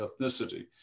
ethnicity